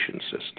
system